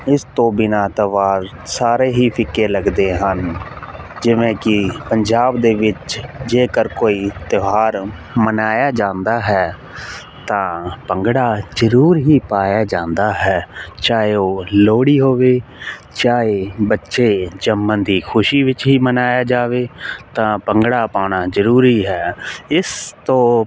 ਇਸ ਤੋਂ ਬਿਨਾ ਤਿਉਹਾਰ ਸਾਰੇ ਹੀ ਫਿੱਕੇ ਲੱਗਦੇ ਹਨ ਜਿਵੇਂ ਕਿ ਪੰਜਾਬ ਦੇ ਵਿੱਚ ਜੇਕਰ ਕੋਈ ਤਿਉਹਾਰ ਮਨਾਇਆ ਜਾਂਦਾ ਹੈ ਤਾਂ ਭੰਗੜਾ ਜ਼ਰੂਰ ਹੀ ਪਾਇਆ ਜਾਂਦਾ ਹੈ ਚਾਹੇ ਉਹ ਲੋਹੜੀ ਹੋਵੇ ਚਾਹੇ ਬੱਚੇ ਜੰਮਣ ਦੀ ਖੁਸ਼ੀ ਵਿੱਚ ਹੀ ਮਨਾਇਆ ਜਾਵੇ ਤਾਂ ਭੰਗੜਾ ਪਾਉਣਾ ਜ਼ਰੂਰੀ ਹੈ ਇਸ ਤੋਂ